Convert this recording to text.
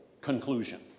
conclusion